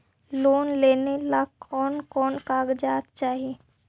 Loan लेने ला कोन कोन कागजात चाही?